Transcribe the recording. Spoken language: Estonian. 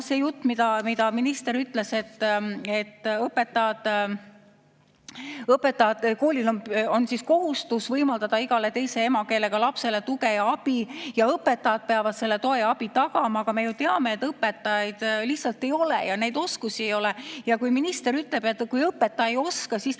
lapsi. Minister ütles, et koolil on kohustus võimaldada igale teise emakeelega lapsele tuge ja abi ning õpetajad peavad selle toe ja abi tagama. Aga me ju teame, et õpetajaid lihtsalt ei ole ja neid oskusi ei ole. Kui minister ütleb, et kui õpetaja ei oska, siis